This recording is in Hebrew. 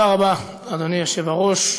תודה רבה, אדוני היושב-ראש.